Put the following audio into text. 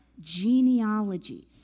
genealogies